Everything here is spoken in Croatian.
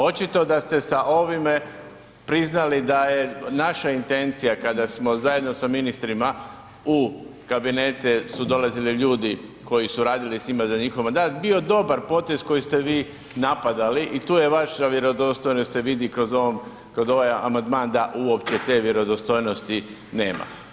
Očito da ste sa ovime priznali da je naša intencija kada smo zajedno sa ministrima u kabinete su dolazili ljudi koji su radili s njima za njihov mandat bio dobar potez koji ste vi napadali i tu vaša vjerodostojnost se vidi kroz ovaj amandman da uopće te vjerodostojnosti nema.